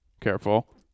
careful